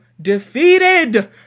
defeated